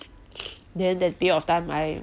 then that period of time I